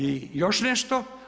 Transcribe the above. I još nešto.